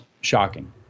shocking